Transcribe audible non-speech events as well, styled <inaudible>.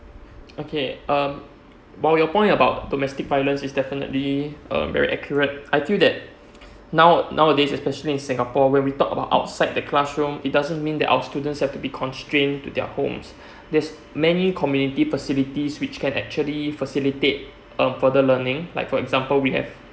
okay um while your point about domestic violence is definitely uh very accurate I feel that now nowadays especially in singapore when we talk about outside the classroom it doesn't mean that our student have to be constraint to their homes <breath> there's many community facilities which can actually facilitate a further learning like for example we have